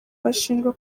bashinjwa